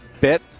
bit